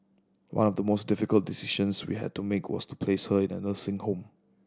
one of the most difficult decisions we had to make was to place her in a nursing home